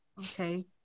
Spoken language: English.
Okay